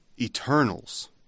Eternals